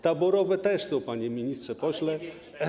Taborowe też są, panie ministrze, pośle.